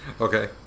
Okay